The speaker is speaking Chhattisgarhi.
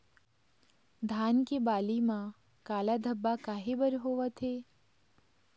धान के बाली म काला धब्बा काहे बर होवथे?